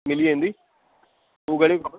मिली वेंदी हूअ घणियूं खपनि